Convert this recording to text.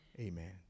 amen